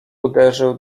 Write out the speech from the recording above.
uderzył